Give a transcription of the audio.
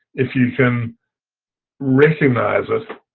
if you can recognize it,